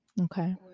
okay